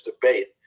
debate